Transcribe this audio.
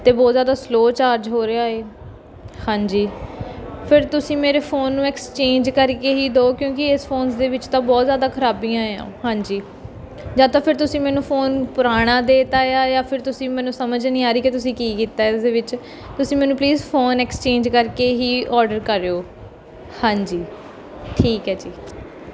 ਅਤੇ ਬਹੁਤ ਜ਼ਿਆਦਾ ਸਲੋਅ ਚਾਰਜ ਹੋ ਰਿਹਾ ਹਾਂਜੀ ਫਿਰ ਤੁਸੀਂ ਮੇਰੇ ਫੋਨ ਨੂੰ ਐਕਸਚੇਂਜ ਕਰਕੇ ਹੀ ਦਿਓ ਕਿਉਂਕਿ ਇਸ ਫੋਨ ਦੇ ਵਿੱਚ ਤਾਂ ਬਹੁਤ ਜ਼ਿਆਦਾ ਖਰਾਬੀਆਂ ਏ ਆ ਹਾਂਜੀ ਜਾ ਤਾਂ ਫਿਰ ਤੁਸੀਂ ਮੈਨੂੰ ਫੋਨ ਪੁਰਾਣਾ ਦੇ ਤਾਂ ਆ ਜਾ ਫਿਰ ਤੁਸੀਂ ਮੈਨੂੰ ਸਮਝ ਨਹੀਂ ਆ ਰਹੀ ਕਿ ਤੁਸੀਂ ਕੀ ਕੀਤਾ ਇਸਦੇ ਵਿੱਚ ਤੁਸੀਂ ਮੈਨੂੰ ਪਲੀਜ਼ ਫੋਨ ਐਕਸਚੇਂਜ ਕਰਕੇ ਹੀ ਔਡਰ ਕਰਿਓ ਹਾਂਜੀ ਠੀਕ ਹੈ ਜੀ